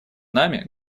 нами